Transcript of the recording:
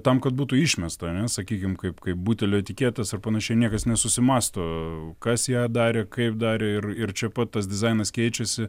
tam kad būtų išmesta ane sakykim kaip kaip butelio etiketės ar panašiai niekas nesusimąsto kas ją darė kaip darė ir ir čia pat tas dizainas keičiasi